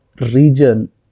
region